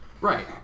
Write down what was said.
right